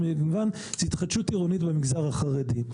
זה התחדשות עירונית במגזר החרדי.